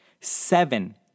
Seven